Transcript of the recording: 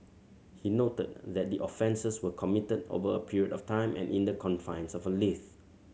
he noted that the offences were committed over a period of time and in the confines of a lift